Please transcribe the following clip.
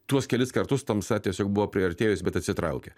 tuos kelis kartus tamsa tiesiog buvo priartėjusi bet atsitraukia